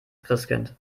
christkind